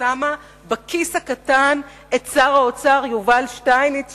ששמה בכיס הקטן את שר האוצר יובל שטייניץ,